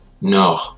no